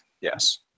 Yes